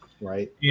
Right